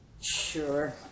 Sure